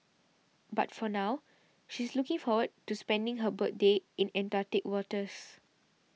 but for now she is looking forward to spending her birthday in Antarctic waters